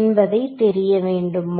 என்பதை தெரிய வேண்டுமா